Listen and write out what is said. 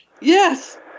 Yes